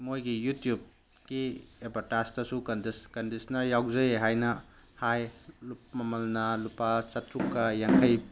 ꯃꯣꯏꯒꯤ ꯌꯨꯇ꯭ꯌꯨꯞꯀꯤ ꯑꯦꯗꯚꯔꯇꯥꯏꯁꯇꯁꯨ ꯀꯟꯗꯤꯁꯅꯔ ꯌꯥꯎꯖꯩ ꯍꯥꯏꯅ ꯍꯥꯏ ꯃꯃꯜꯅ ꯂꯨꯄꯥ ꯆꯥꯇꯔꯨꯛꯀ ꯌꯥꯡꯈꯩ